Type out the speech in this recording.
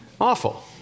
awful